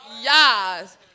Yes